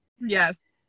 Yes